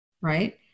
right